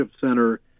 Center